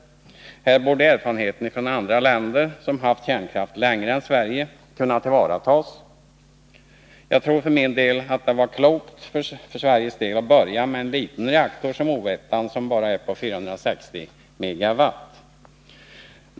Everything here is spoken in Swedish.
Här borde erfarenheten från andra länder, som haft kärnkraft längre än Sverige, kunna tas till vara. Jag tror för min del att det var klokt av Sverige att börja med en liten reaktor som O 1-an, som bara är på 460 megawatt.